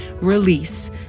release